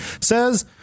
says